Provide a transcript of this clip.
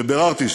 שביררתי,